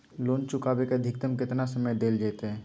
Loan चुकाबे के अधिकतम केतना समय डेल जयते?